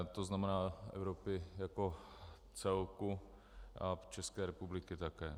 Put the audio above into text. To znamená Evropy jako celku a České republiky také.